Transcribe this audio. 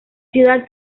ciudad